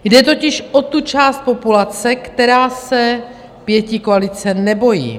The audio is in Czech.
Jde totiž o tu část populace, která se pětikoalice nebojí.